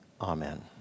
Amen